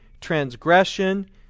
transgression